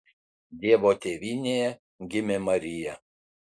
dievo tėvynėje gimė marija